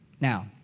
Now